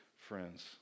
friends